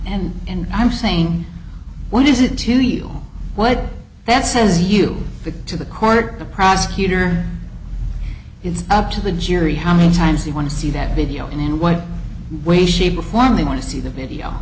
and and i'm saying what is it to you what that says you did to the court the prosecutor it's up to the jury how many times they want to see that video and what way shape or form they want to see the video